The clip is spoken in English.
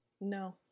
No